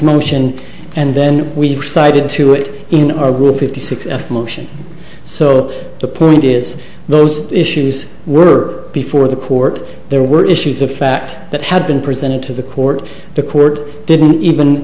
motion and then we decided to do it in our will fifty six f motion so the point is those issues were before the court there were issues of fact that had been presented to the court the court didn't even